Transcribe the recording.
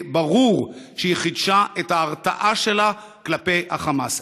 ברור שהיא חידשה את ההרתעה שלה כלפי החמאס.